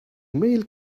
male